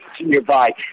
nearby